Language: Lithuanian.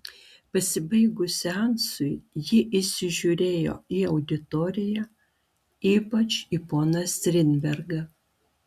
pasibaigus seansui ji įsižiūrėjo į auditoriją ypač į poną strindbergą